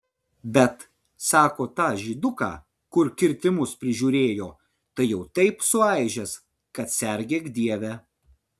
bet sako tą žyduką kur kirtimus prižiūrėjo tai jau taip suaižęs kad sergėk dieve